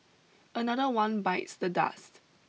another one bites the dust